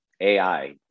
ai